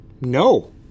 No